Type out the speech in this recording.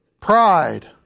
pride